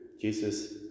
Jesus